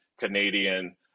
Canadian